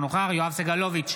אינו נוכח יואב סגלוביץ'